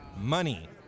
Money